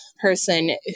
person